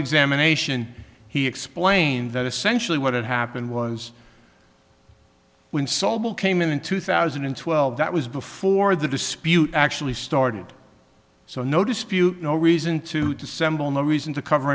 examination he explained that essentially what had happened was when sobel came in in two thousand and twelve that was before the dispute actually started so no dispute no reason to dissemble no reason to cover